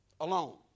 alone